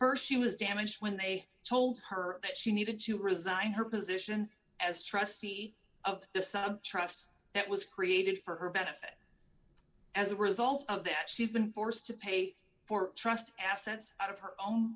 ways st she was damaged when i told her that she needed to resign her position as trustee of the sub trust that was created for her benefit as a result of that she's been forced to pay for trust assets out of her own